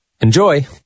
Enjoy